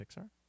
Pixar